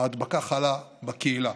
ההדבקה חלה בקהילה.